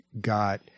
got